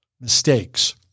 mistakes